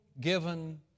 given